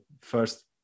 first